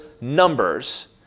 numbers